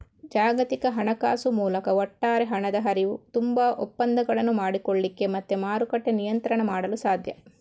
ಜಾಗತಿಕ ಹಣಕಾಸು ಮೂಲಕ ಒಟ್ಟಾರೆ ಹಣದ ಹರಿವು, ತುಂಬಾ ಒಪ್ಪಂದಗಳನ್ನು ಮಾಡಿಕೊಳ್ಳಿಕ್ಕೆ ಮತ್ತೆ ಮಾರುಕಟ್ಟೆ ನಿಯಂತ್ರಣ ಮಾಡಲು ಸಾಧ್ಯ